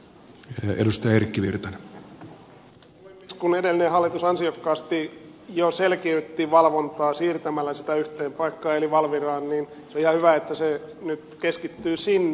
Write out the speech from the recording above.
kun edellinen hallitus ansiokkaasti jo selkiytti valvontaa siirtämällä sitä yhteen paikkaan eli valviraan niin se on ihan hyvä että se nyt keskittyy sinne